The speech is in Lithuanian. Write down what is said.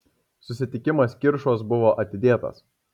susitikimas kiršuos buvo atidėtas